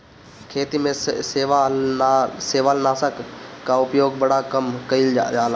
खेती में शैवालनाशक कअ उपयोग बड़ा कम कइल जाला